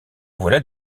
voilà